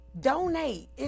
Donate